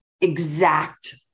exact